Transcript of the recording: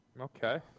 Okay